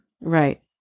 Right